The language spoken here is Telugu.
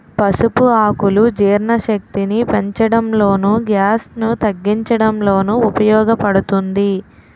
పసుపు ఆకులు జీర్ణశక్తిని పెంచడంలోను, గ్యాస్ ను తగ్గించడంలోనూ ఉపయోగ పడుతుంది